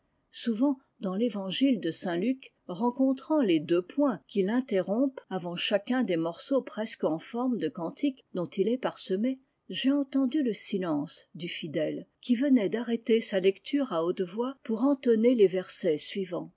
souvent dans l'evangile de saint luc rencontrant les deux points qui l'interrompent avant chacun des morceaux presque en forme de cantiques dont il est parsemé i j'ai entendu le silence du fidèle qui venait d'arrêter sa lecture à haute voix pour entonner les versets suivants